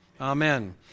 Amen